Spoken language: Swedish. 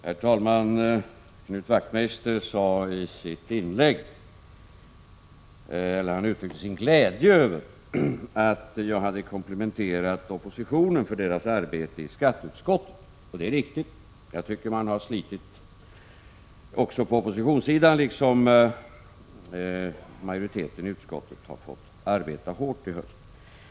Herr talman! Knut Wachtmeister uttryckte sin glädje över att jag komplimenterade oppositionen för dess arbete i skatteutskottet. På oppositionssidan har man, liksom majoriteten i utskottet, fått slita hårt i höst.